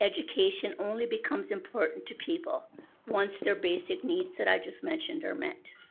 education only becomes important to people once their basic needs that i just mentioned are met.